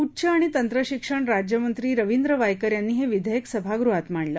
उच्च आणि तंत्र शिक्षण राज्यमंत्री रवींद्र वायकर यांनी हे विघेयक सभागृहात मांडलं